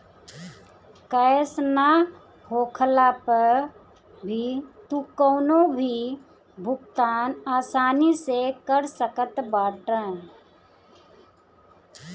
cash ना होखला पअ भी तू कवनो भी भुगतान आसानी से कर सकत बाटअ